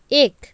एक